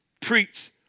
preach